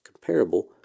comparable